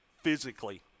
physically